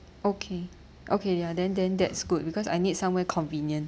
okay okay ya then then that's good because I need somewhere convenient